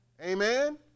Amen